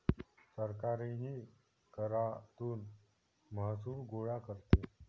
सरकारही करातून महसूल गोळा करते